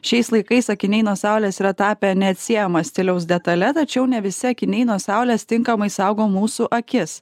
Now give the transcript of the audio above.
šiais laikais akiniai nuo saulės yra tapę neatsiejama stiliaus detale tačiau ne visi akiniai nuo saulės tinkamai saugo mūsų akis